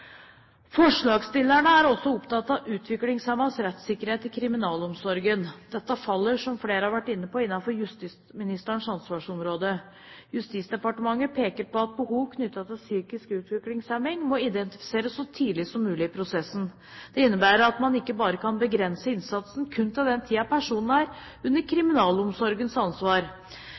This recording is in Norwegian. Forslagsstillerne er også opptatt av utviklingshemmedes rettssikkerhet i kriminalomsorgen. Dette faller, som flere har vært inne på, innenfor justisministerens ansvarsområde. Justisdepartementet peker på at behov knyttet til psykisk utviklingshemning må identifiseres så tidlig som mulig i prosessen. Det innebærer at man ikke kan begrense innsatsen til den tiden personen er under kriminalomsorgens ansvar.